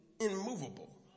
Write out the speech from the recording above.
immovable